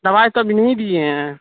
دوائی تو ابھی نہیں دیے ہیں